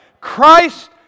Christ